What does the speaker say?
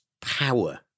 power